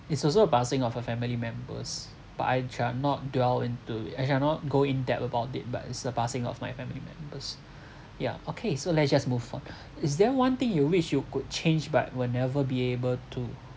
it's also a passing of a family members but I shall not dwell into I shall not go in depth about it but it's the passing of my family members yeah okay so let's just move on is there one thing you wish you could change but will never be able to